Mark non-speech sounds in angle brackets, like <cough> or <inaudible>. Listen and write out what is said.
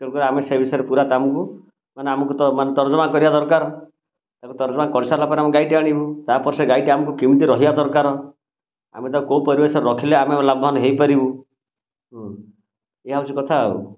ତେଣୁ କରି ଆମେ ସେ ବିଷୟରେ ପୁରା <unintelligible> ମାନେ ଆମକୁ ତ ମାନେ ତର୍ଜମା କରିବା ଦରକାର ତାକୁ ତର୍ଜମା କରି ସାରିଲା ପରେ ଆମେ ଗାଈଟି ଆଣିବୁ ତା'ପରେ ସେ ଗାଈଟି ଆମକୁ କେମିତି ରହିବା ଦରକାର ଆମେ ତାକୁ କେଉଁ ପରିବେଶରେ ରଖିଲେ ଆମେ ଲାଭବାନ ହୋଇପାରିବୁ ଏଇଆ ହେଉଛି କଥା ଆଉ